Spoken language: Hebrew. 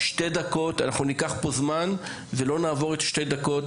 שמי מירום